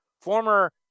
former